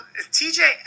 TJ